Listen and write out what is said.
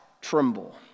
tremble